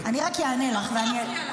אני אחשוב על תמריץ.